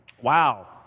Wow